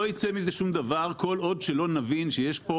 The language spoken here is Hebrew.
לא יצא מזה שום דבר כל עוד לא נבין שיש פה